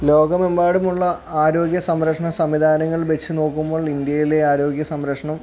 ലോകമെമ്പാടുമുള്ള ആരോഗ്യ സംരക്ഷണ സംവിധാനങ്ങൾ വച്ചു നോക്കുമ്പോൾ ഇന്ത്യയിലെ ആരോഗ്യ സംരക്ഷണം